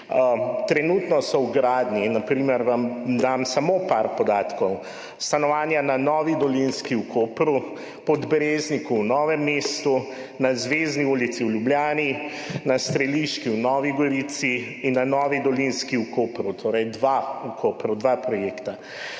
Trenutno so v gradnji, na primer, vam dam samo par podatkov, stanovanja na Novi Dolinski v Kopru, v Podbrezniku v Novem mestu, na Zvezni ulici v Ljubljani, na Streliški v Novi Gorici in na Novi Dolinski v Kopru, torej dva projekta